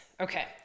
Okay